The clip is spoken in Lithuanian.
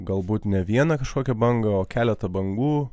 galbūt ne vieną kažkokią bangą o keletą bangų